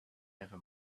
never